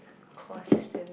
question